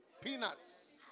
Peanuts